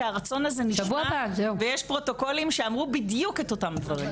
כי הרצון הזה נשמע ויש פרוטוקולים שאמרו בדיוק את אותם דברים.